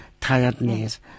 tiredness